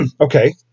Okay